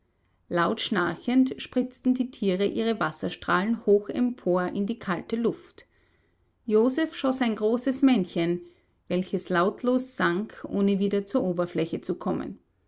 laut schnarchend spritzten die tiere ihre wasserstrahlen hoch empor in die kalte luft joseph schoß ein großes männchen welches lautlos sank ohne wieder zur oberfläche zu kommen